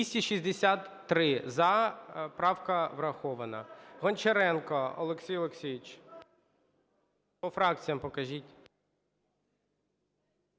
За-263 Правка врахована. Гончаренко Олексій Олексійович. По фракціям покажіть.